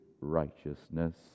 righteousness